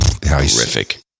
terrific